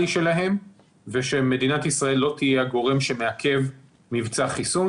שלהם ושמדינת ישראל לא תהיה הגורם שמעכב מבצע חיסון.